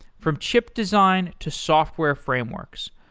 from chip design to software frameworks.